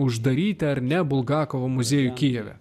uždaryta ar ne bulgakovo muziejuje kijeve